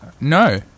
No